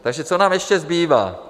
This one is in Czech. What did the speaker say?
Takže co nám ještě zbývá?